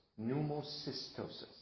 pneumocystosis